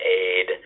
aid